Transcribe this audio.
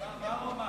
מה הוא אמר?